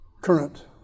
current